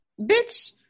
Bitch